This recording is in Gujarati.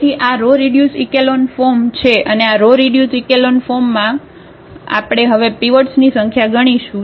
તેથી આ રો રીડ્યુસ ઇકેલોન ફોર્મ છે અને આ રો રીડ્યુસ ઇકેલોન ફોર્મમાં આપણે હવે પિવાટ્સની સંખ્યા ગણીશું